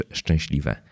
szczęśliwe